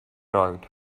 road